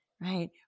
right